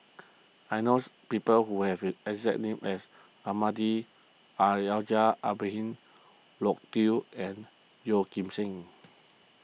I knows people who have the exact name as Almahdi Al Haj Ibrahim Loke Yew and Yeoh Ghim Seng